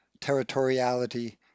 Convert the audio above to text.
territoriality